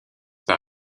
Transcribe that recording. par